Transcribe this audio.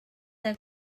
are